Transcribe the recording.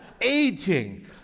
aging